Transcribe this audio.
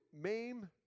maim